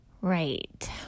Right